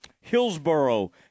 Hillsboro